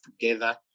together